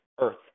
Earth